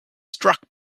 struck